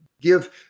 give